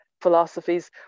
philosophies